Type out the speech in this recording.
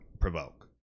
provoke